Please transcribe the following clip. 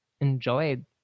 enjoyed